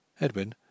Edwin